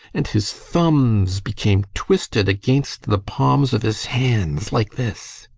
and his thumbs became twisted against the palms of his hands like this.